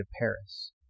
Paris